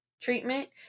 treatment